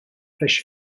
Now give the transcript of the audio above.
fish